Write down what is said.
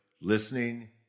listening